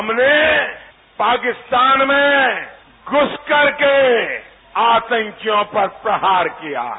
हमने पाकिस्तान में घुस करके आतंकियों पर प्रहार किया है